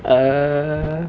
err